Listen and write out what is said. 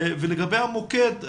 לגבי המוקד,